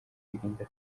kwirinda